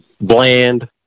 bland